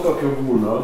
tokio būna